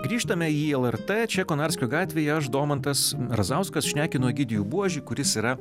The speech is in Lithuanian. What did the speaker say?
grįžtame į lrt čia konarskio gatvėje aš domantas razauskas šnekinu egidijų buožį kuris yra